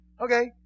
Okay